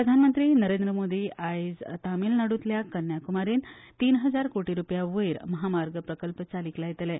प्रधानमंत्री नरेंद्र मोदी आयज तामीळनाडूंतल्या कन्याकुमारीत तीन हजार कोटी रुपयां वयर म्हामार्ग प्रकल्प चालीक लायतले